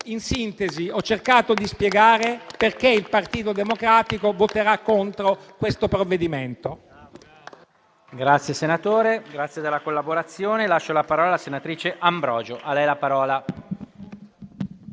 In sintesi, ho cercato di spiegare perché il Partito Democratico voterà contro questo provvedimento.